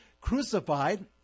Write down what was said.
crucified